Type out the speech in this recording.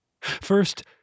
First